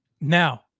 Now